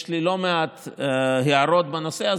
יש לי לא מעט הערות בנושא הזה,